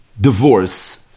divorce